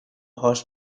horse